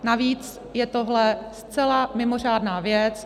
Navíc je tohle zcela mimořádná věc.